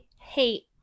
hate